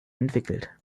entwickelt